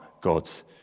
God's